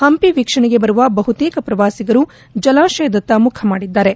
ಹಂಪಿ ವೀಕ್ಷಣೆಗೆ ಬರುವ ಬಹುತೇಕ ಪ್ರವಾಸಿಗರು ಜಲಾಶಯದತ್ತ ಮುಖ ಮಾಡಿದ್ದಾರೆ